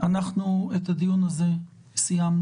אנחנו את הדיון הזה סיימנו,